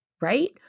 right